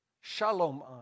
Shalom